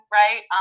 right